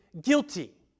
guilty